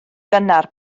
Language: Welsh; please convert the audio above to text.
gynnar